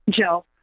Joe